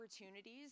opportunities